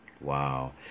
Wow